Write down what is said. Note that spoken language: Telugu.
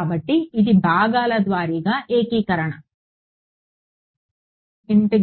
కాబట్టి ఇది భాగాల ద్వారా ఏకీకరణ కాబట్టి